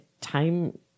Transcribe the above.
time